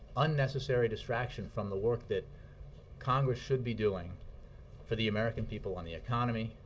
unnecessary distraction from the work that congress should be doing for the american people on the economy,